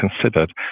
considered